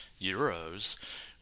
euros